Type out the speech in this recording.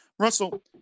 Russell